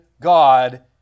God